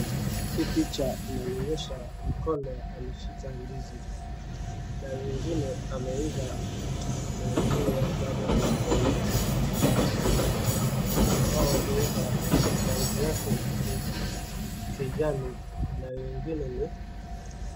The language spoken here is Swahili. Hii picha inanionyesha mkono ameshika ndizi na nyigine ameiva na wengine bado hawajaiva. Hao hawajaiva rangi yake ni kijani na wengine ni